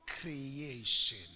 creation